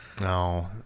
No